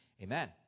Amen